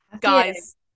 Guys